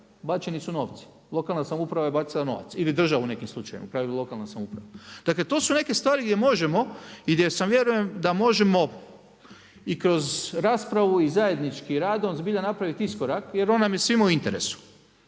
Bačeni su novci, lokalna samouprava je bacila novac ili država u nekim slučajevima, u pravilo lokalna samouprava. Dakle, to su neke stvari gdje možemo i gdje vjerujem da možemo i kroz raspravu i zajedničkim radom zbilja napraviti iskorak jer on nam je svima u interesu.